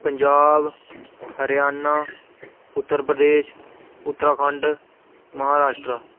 Punjab Haryana Uttar Pradesh Uttarakhand Maharashtra